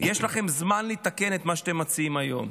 יש לכם זמן לתקן את מה שאתם מציעים היום.